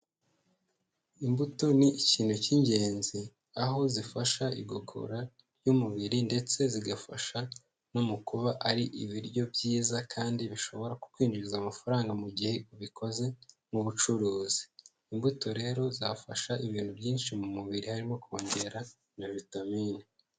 Imbuto ni ikintu cy'ingenzi, aho zifasha igogora ry'umubiri ndetse zigafasha no mu kuba ari ibiryo byiza kandi bishobora kukwinjiriza amafaranga mu gihe ubikoze nk'ubucuruzi, imbuto rero zafasha ibintu byinshi mu mubiri harimo kongera na vitamine.